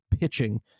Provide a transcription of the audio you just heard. pitching